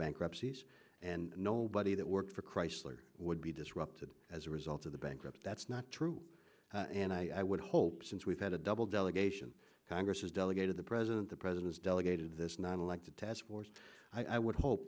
bankruptcies and nobody that worked for chrysler would be disrupted as a result of the bankrupt that's not true and i would hope since we've had a double delegation congress has delegated the president the president's delegated this non elected task force i would hope